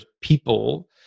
people